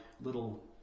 little